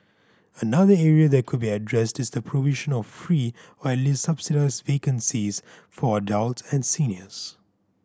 another area that could be addressed is the provision of free or at least subsidised vaccines for adult and seniors